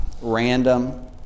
random